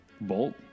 Bolt